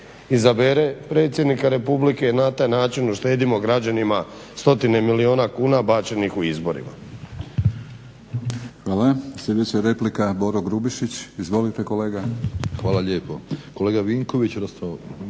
izabere predsjednika Republike i na taj način uštedimo građanima stotine milijuna kuna bačenih u izborima.